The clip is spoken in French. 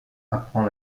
apprend